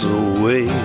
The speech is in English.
away